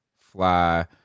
fly